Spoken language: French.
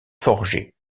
forgé